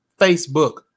facebook